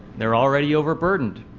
they are already overburdened.